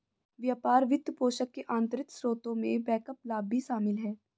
व्यापार वित्तपोषण के आंतरिक स्रोतों में बैकअप लाभ भी शामिल हैं